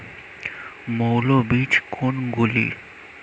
মৌল বীজ কোনগুলি?